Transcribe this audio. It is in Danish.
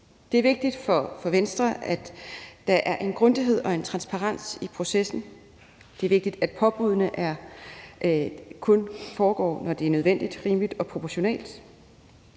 Det er vigtigt for Venstre, at der er en grundighed og transparens i processen. Det er vigtigt, at påbuddene kun foregår, når det er nødvendigt, rimeligt og proportionalt,